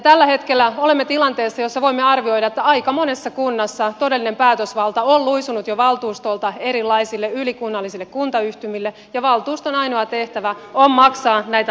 tällä hetkellä olemme tilanteessa jossa voimme arvioida että aika monessa kunnassa todellinen päätösvalta on jo luisunut valtuustolta erilaisille ylikunnallisille kuntayhtymille ja valtuuston ainoa tehtävä on maksaa näitä laskuja